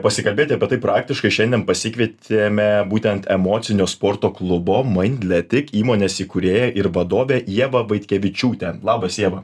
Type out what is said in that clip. pasikalbėti apie tai praktiškai šiandien pasikvietėme būtent emocinio sporto klubo maindletik įmonės įkūrėją ir vadovę ievą vaitkevičiūtę labas ieva